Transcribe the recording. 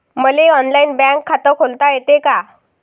मले online bank खात खोलता येते का?